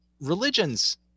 religions